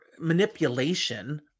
manipulation